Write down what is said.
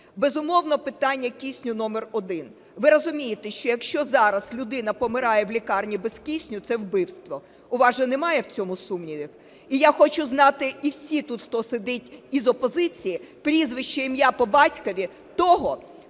Безумовно, питання кисню – номер один. Ви розумієте, що якщо зараз людина помирає в лікарні без кисню, – це вбивство. У вас же немає в цьому сумнівів? І я хочу знати, і всі тут, хто сидить із опозиції, прізвище, ім'я, по батькові того,